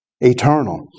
eternal